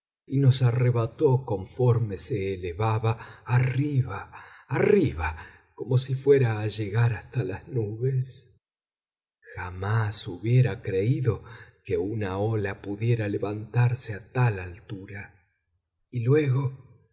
y nos arrebató conforme se elevaba arriba arriba como si fuera a llegar hasta las nubes jamás hubiera creído que una ola pudiera levantarse a tal altura y luego